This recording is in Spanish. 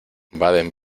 baden